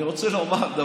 אני רוצה לומר,